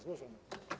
Złożone.